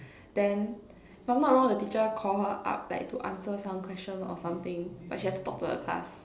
then if I'm not wrong the teacher Call her up like to answer some question or something but she had to talk to the class